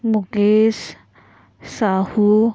Mukesh Sahu